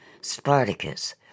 Spartacus